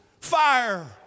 fire